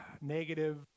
negative